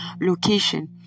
location